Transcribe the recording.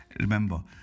Remember